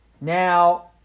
Now